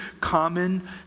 common